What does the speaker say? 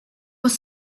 was